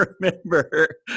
remember